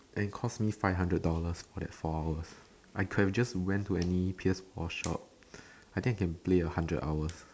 and cost me five hundred dollars for that four hours I could have just went to any P_S-four shop I think I can play a hundred hours